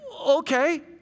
okay